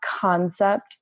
concept